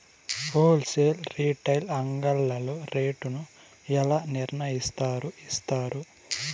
Whole sale retail అంగడ్లలో rate ను ఎలా నిర్ణయిస్తారు యిస్తారు?